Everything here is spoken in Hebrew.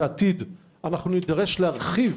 בעתיד נידרש להרחיב